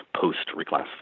post-reclassification